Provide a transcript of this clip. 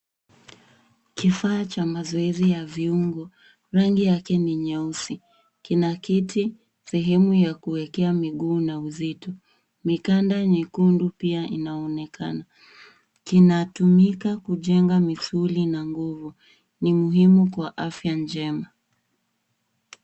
Kifaa cha mazoezi ya viungo, rangi yake ni nyeusi. Kina kiti sehemu ya kuwekea miguu na uzito. Mikanda nyekundu pia inaonekana. Kinatumika kujenga misuli na nguvu, ni muhimu kwa afya njema.